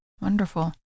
Wonderful